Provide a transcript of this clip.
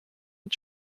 mit